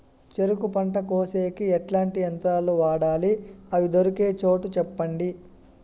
చెరుకు పంట కోసేకి ఎట్లాంటి యంత్రాలు వాడాలి? అవి దొరికే చోటు చెప్పండి?